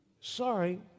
Sorry